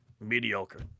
mediocre